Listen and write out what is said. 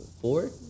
Four